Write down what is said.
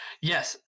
yes